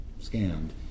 scanned